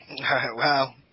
Wow